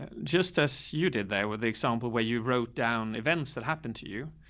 and just as you did there with the example where you wrote down events that happen to you,